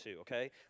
okay